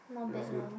that was good